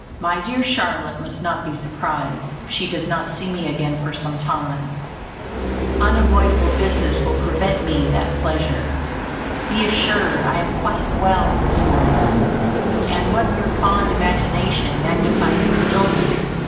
my dear charlotte must not be surprised, if she does not see me again for some time unavoidable business will prevent me that pleasure be assured i am quite well this morning and what your fond imagination magnified into illness,